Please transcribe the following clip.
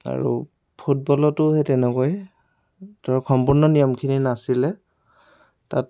আৰু ফুটবলতো সেই তেনেকুৱাই তাৰ সম্পূৰ্ণ নিয়মখিনি নাছিলে তাত